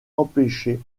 empêcher